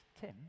Tim